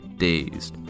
dazed